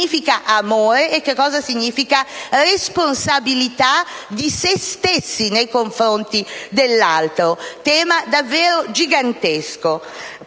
l'amore e la responsabilità di se stessi nei confronti dell'altro: temi davvero giganteschi.